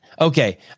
okay